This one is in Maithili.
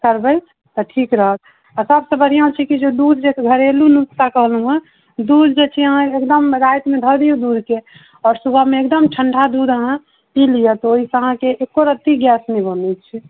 करबै तऽ ठीक रहत आ सभसँ बढ़िऑं छै दूध जे घरेलू नुस्खा कहलहुँ दूध जे छै अहाँ एकदम रातिमे धऽ दियौ दूध के आओर सुबह मे एकदम ठण्डा दूध अहाँ पी लिअ तऽ ओहिसँ अहाँके एकोरत्ती गैस नहि बनै छै